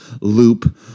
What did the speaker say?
loop